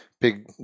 big